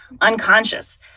unconscious